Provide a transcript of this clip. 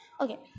Okay